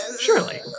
Surely